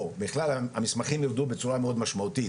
בכלל המסמכים ירדו בצורה מאוד משמעותית,